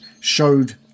showed